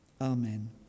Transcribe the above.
Amen